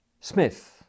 Smith